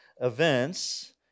events